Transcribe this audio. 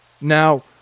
Now